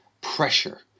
pressure